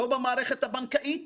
לא במערכת הבנקאית